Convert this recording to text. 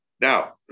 Now